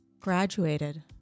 graduated